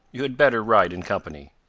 you had better ride in company.